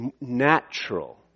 natural